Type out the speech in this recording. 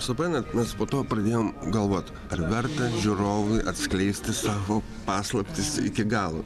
suprantat mes po to pradėjom galvot ar verta žiūrovui atskleisti savo paslaptis iki galo